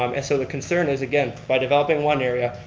um and so the concern is again, by developing one area,